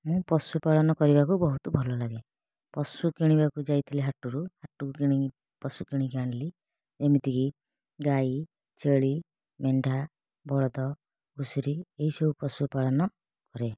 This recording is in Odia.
ମୁଁ ପଶୁପାଳନ କରିବାକୁ ବହୁତ ଭଲ ଲାଗେ ପଶୁ କିଣିବାକୁ ଯାଇଥିଲି ହାଟରୁ ହାଟକୁ ପଶୁ କିଣିକି ଆଣିଲି ଯେମିତିକି ଗାଈ ଛେଳି ମେଣ୍ଢା ବଳଦ ଘୁଷୁରୀ ଏଇସବୁ ପଶୁପାଳନ କରେ